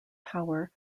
power